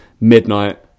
midnight